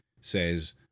says